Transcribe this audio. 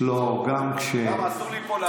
לא, גם, למה, אסור לי לעמוד פה?